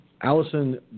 Allison